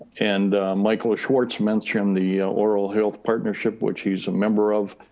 and michael schwartz mentioned um the oral health partnership, which he's a member of.